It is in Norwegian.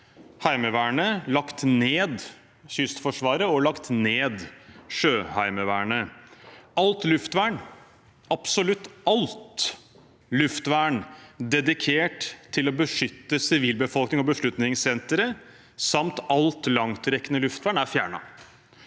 Heimevernet, lagt ned Kystforsvaret og lagt ned Sjøheimevernet. Alt luftvern, absolutt alt luftvern, dedikert til å beskytte sivilbefolkningen og beslutningssentre samt alt langtrekkende luftvern er fjernet.